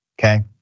okay